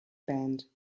band